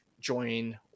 join